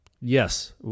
Yes